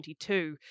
2022